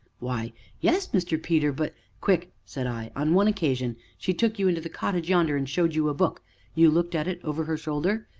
why yes, mr. peter, but quick! said i on one occasion she took you into the cottage yonder and showed you a book you looked at it over her shoulder?